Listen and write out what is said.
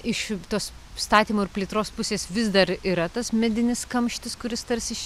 iš tos statymo ir plėtros pusės vis dar yra tas medinis kamštis kuris tarsi